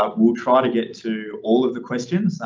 um we'll try to get to all of the questions,